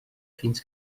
fins